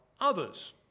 Others